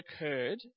occurred